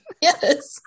yes